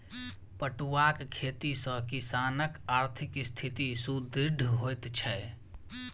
पटुआक खेती सॅ किसानकआर्थिक स्थिति सुदृढ़ होइत छै